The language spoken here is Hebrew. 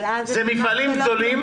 אלה מפעלים גדולים